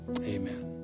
Amen